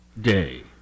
Day